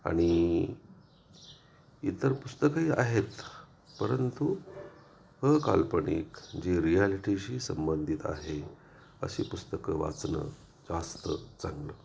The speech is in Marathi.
आणि इतर पुस्तकंही आहेत परंतु अकाल्पनिक जी रियालिटीशी संबंधित आहे अशी पुस्तकं वाचणं जास्त चांगलं